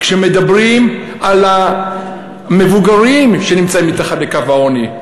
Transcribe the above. כשמדברים על המבוגרים שנמצאים מתחת לקו העוני,